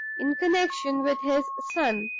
in connection with his son,